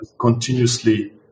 continuously